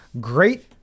great